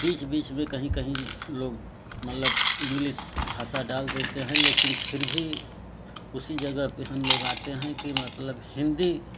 बीच बीच में कहीं लोग मतलब इंग्लिस भाषा डाल देते हैं लेकिन फिर भी उसी जगह पे हम लोग आते हैं कि मतलब हिंदी